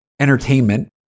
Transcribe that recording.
entertainment